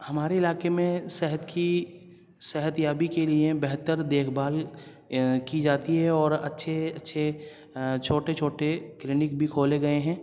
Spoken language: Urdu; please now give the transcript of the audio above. ہمارے علاقے میں صحت کی صحتیابی کے لئے بہتردیکھ بھال کی جاتی ہے اور اچھے اچھے چھوٹے چھوٹے کلینک بھی کھولے گئے ہیں